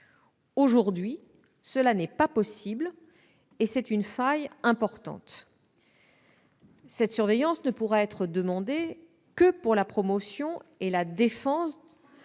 Aujourd'hui, ce n'est pas possible et c'est une faille importante. Cette surveillance ne pourra être demandée que pour la promotion et la défense